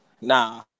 Nah